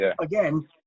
again –